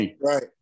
Right